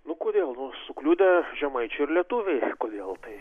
nu kodėl nu sukliudė žemaičiai ir lietuviai kodėl tai